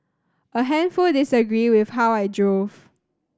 a handful disagreed with how I drove